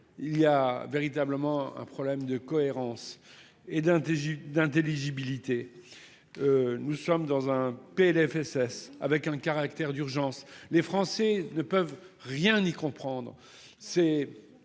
Il y a véritablement un problème de cohérence et d'un DJ d'intelligibilité. Nous sommes dans un PLFSS avec un caractère d'urgence. Les Français ne peuvent rien y comprendre.